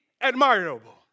admirable